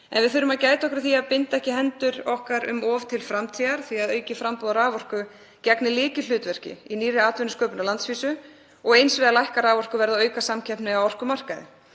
En við þurfum að gæta okkar á því að binda ekki hendur okkar um of til framtíðar því að aukið framboð á raforku gegnir lykilhlutverki í nýrri atvinnusköpun á landsvísu og eins við að lækka raforkuverð og auka samkeppni á orkumarkaði.